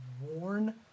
worn